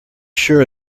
sure